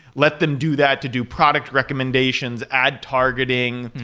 let them do that to do product recommendations, ad targeting,